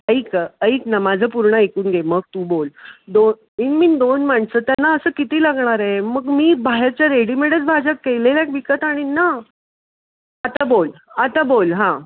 ऐक गं ऐक ना माझं पूर्ण ऐकून घे मग तू बोल दोन इन मीन दोन माणसं त्यांना असं किती लागणार आहे मग मी बाहेरच्या रेडीमेडच भाज्या केलेल्याच विकत आणीन ना आता बोल आता बोल हां